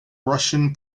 russian